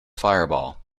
fireball